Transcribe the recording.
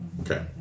Okay